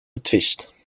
betwist